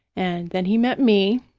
and then he met me,